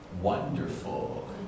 wonderful